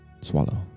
swallow